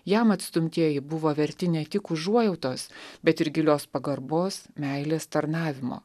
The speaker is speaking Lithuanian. jam atstumtieji buvo verti ne tik užuojautos bet ir gilios pagarbos meilės tarnavimo